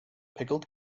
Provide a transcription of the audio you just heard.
pickled